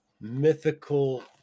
mythical